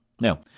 Now